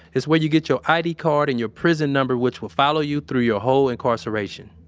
it's where you get your i d. card and your prison number, which will follow you through your whole incarceration,